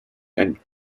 and